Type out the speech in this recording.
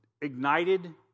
ignited